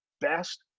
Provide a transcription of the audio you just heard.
best